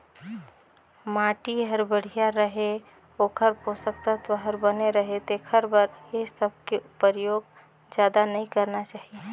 माटी हर बड़िया रहें, ओखर पोसक तत्व हर बने रहे तेखर बर ए सबके परयोग जादा नई करना चाही